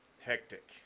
Hectic